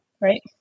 Right